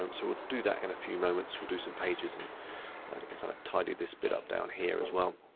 um so we'll do that in a few moments. we'll do some pages and kinda and kind of tidy this bit up down here as well.